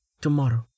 Tomorrow